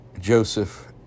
Joseph